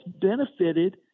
benefited